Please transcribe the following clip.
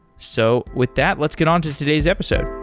so with that, let's get on to today's episode.